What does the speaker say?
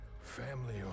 Family